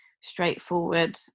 straightforward